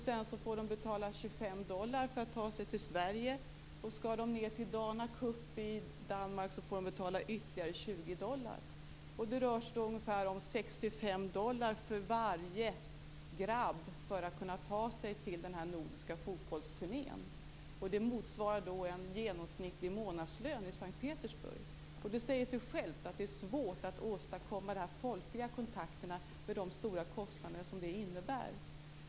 Sedan får de betala 25 dollar för att ta sig till Sverige. Skall de ned till Dana Cup i Danmark, får de betala ytterligare 20 dollar. Det rör sig då om ungefär 65 dollar för varje grabb för att ta sig till den här nordiska fotbollsturneringen. Det motsvarar en genomsnittlig månadslön i S:t Petersburg. Det säger sig självt att det är svårt att åstadkomma de här folkliga kontakterna med de stora kostnader som detta innebär.